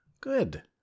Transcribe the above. Good